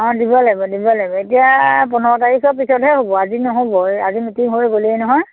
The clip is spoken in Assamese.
অঁ দিব লাগিব দিব লাগিব এতিয়া পোন্ধৰ তাৰিখৰ পিছতহে হ'ব আজি নহ'বই আজি মিটিং হৈ গ'লেই নহয়